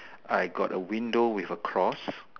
I got a window with a cross